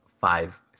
five